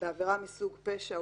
בעבירה מסוג פשע,